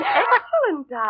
excellent